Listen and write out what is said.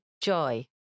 joy